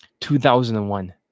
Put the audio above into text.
2001